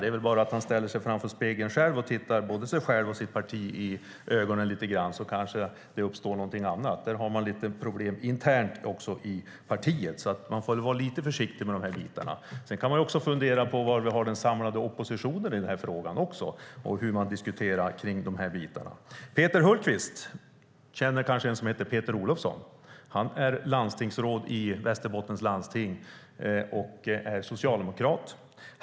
Det är väl bara för honom att ställa sig framför spegeln och se både sig själv och sitt parti i ögonen lite grann så kanske det uppstår någonting annat. Där har man också lite problem internt i partiet, så han får vara lite försiktig här. Vi kan också fundera på var vi har den samlade oppositionen och hur man diskuterar i den här frågan. Peter Hultqvist känner kanske Peter Olofsson. Han är landstingsråd i Västerbottens läns landsting och socialdemokrat.